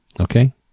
okay